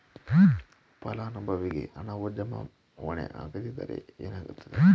ಫಲಾನುಭವಿಗೆ ಹಣವು ಜಮಾವಣೆ ಆಗದಿದ್ದರೆ ಏನಾಗುತ್ತದೆ?